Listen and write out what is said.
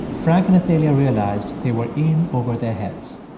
frank and athalia realized they were in over their heads.